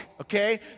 okay